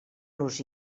nos